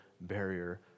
barrier